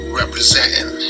representing